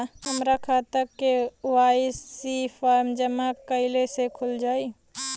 हमार खाता KYC form जमा कइले से खुल जाई?